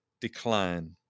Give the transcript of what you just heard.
decline